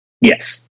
Yes